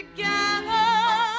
Together